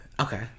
Okay